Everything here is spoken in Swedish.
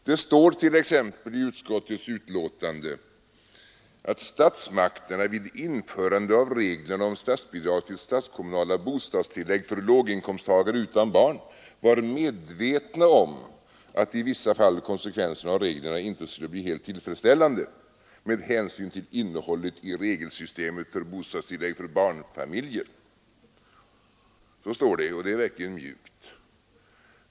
Det heter t.ex. i utskottets betänkande att ”statsmakterna vid införandet av reglerna om statsbidrag till statskommunala bostadstillägg för låginkomstagare utan barn var medvetna om att i vissa fall konsekvenserna av reglerna inte skulle bli helt tillfredsställande med hänsyn till innehållet i regelsystemet för bostadstillägg till barnfamiljer”. Så står det, och det är verkligen mjukt.